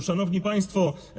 Szanowni Państwo!